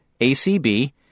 ACB